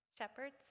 shepherds